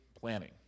planning